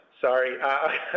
sorry